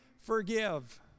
forgive